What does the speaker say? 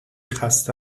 خسته